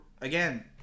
again